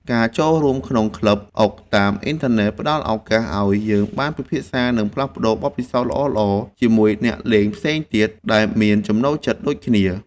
ការចូលរួមក្នុងក្លឹបអុកតាមអ៊ីនធឺណិតផ្តល់ឱកាសឱ្យយើងបានពិភាក្សានិងផ្លាស់ប្តូរបទពិសោធន៍ល្អៗជាមួយអ្នកលេងផ្សេងទៀតដែលមានចំណូលចិត្តដូចគ្នា។